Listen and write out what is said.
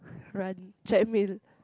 run treadmill